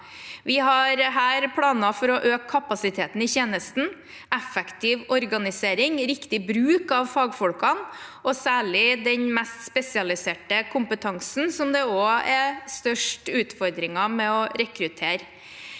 Vi har her planer for å øke kapasiteten i tjenesten, effektiv organisering, riktig bruk av fagfolkene og særlig den mest spesialiserte kompetansen, som det også er størst utfordringer med å rekruttere.